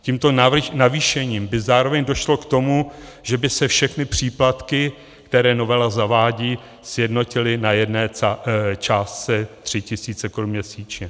Tímto navýšením by zároveň došlo k tomu, že by se všechny příplatky, které novela zavádí, sjednotily na jedné částce 3 000 korun měsíčně.